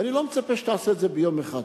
ואני לא מצפה שתעשה את זה ביום אחד.